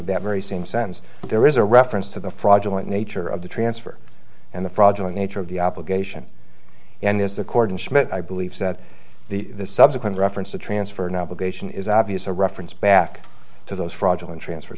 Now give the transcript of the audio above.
that very same sentence there is a reference to the fraudulent nature of the transfer and the fraudulent nature of the obligation and is the court and schmidt i believe that the subsequent reference to transfer an obligation is obvious a reference back to those fraudulent transfer